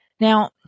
Now